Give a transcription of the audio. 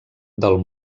del